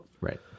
Right